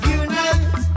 unite